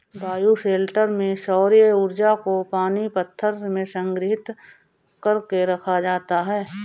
bioshelter में सौर्य ऊर्जा को पानी पत्थर में संग्रहित कर के रखा जाता है